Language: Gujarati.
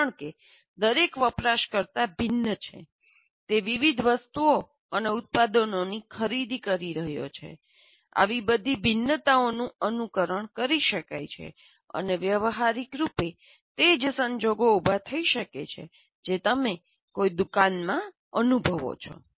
કારણ કે દરેક વપરાશકર્તા ભિન્ન છે તે વિવિધ વસ્તુઓ અથવા ઉત્પાદનોની ખરીદી કરી રહ્યો છે આવી બધી ભિન્નતાઓનું અનુકરણ કરી શકાય છે અને વ્યવહારિક રૂપે તે જ સંજોગો ઉભા કરી શકે છે જે તમે કોઈ દુકાનમાં અનુભવો છો